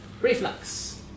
Reflux